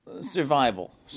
survival